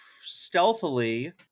stealthily